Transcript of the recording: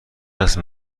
است